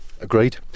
agreed